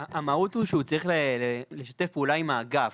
המהות היא שהוא צריך לשתף פעולה עם האגף.